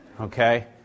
Okay